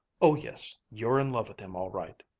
oh yes, you're in love with him, all right!